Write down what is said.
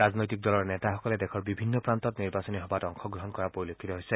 ৰাজনৈতিক দলৰ নেতাসকলে দেশৰ বিভিন্ন প্ৰান্তত নিৰ্বাচনী সভাত অংশগ্ৰহণ কৰা পৰিলক্ষিত হৈছে